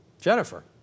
Jennifer